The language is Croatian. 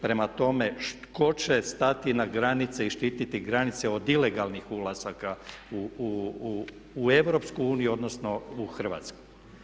Prema tome, tko će stati na granice i štititi granice od ilegalnih ulazaka u EU odnosno u Hrvatsku?